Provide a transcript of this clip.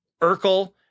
Urkel